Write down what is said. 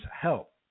help